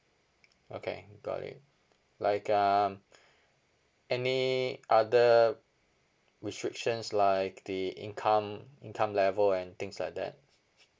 okay got it like um any other restrictions like the income income level and things like that